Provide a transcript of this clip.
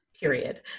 period